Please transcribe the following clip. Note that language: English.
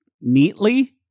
neatly